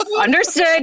Understood